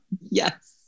yes